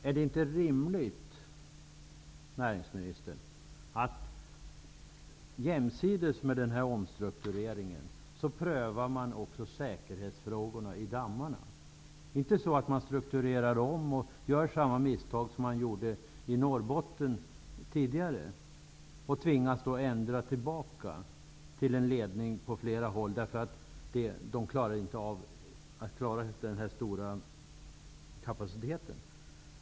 Är det inte rimligt att man jämsides med omstruktureringen prövar frågorna om säkerheten vid dammarna, näringsministern? Man skall väl inte strukturera om och göra samma misstag som i Norrbotten tidigare, och tvingas ändra tillbaka, för att man inte klarar den stora kapaciteten.